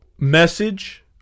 Message